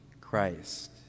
Christ